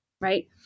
right